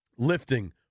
Lifting